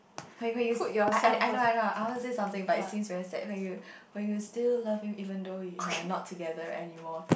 when you when you I I I know I know I want say something but it seems very sad when you when you still love him even though you are not together anymore